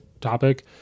topic